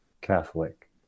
catholic